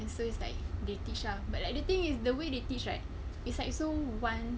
so it's like they teach lah but like the thing is the way they teach right it's like so one